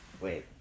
Wait